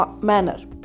manner